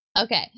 Okay